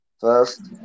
first